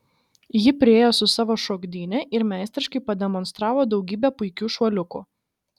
ji priėjo su savo šokdyne ir meistriškai pademonstravo daugybę puikių šuoliukų